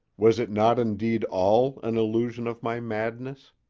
was it not indeed all an illusion of my madness?